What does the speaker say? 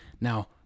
Now